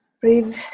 Breathe